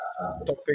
topic